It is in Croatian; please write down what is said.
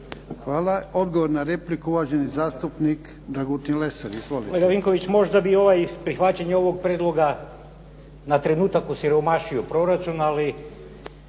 Hvala. Odgovor na repliku uvaženi zastupnik Dragutin Lesar. Izvolite.